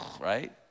right